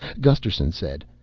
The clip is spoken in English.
gusterson said,